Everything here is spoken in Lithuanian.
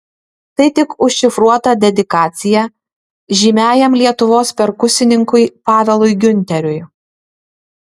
tai tik užšifruota dedikacija žymiajam lietuvos perkusininkui pavelui giunteriui